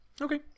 Okay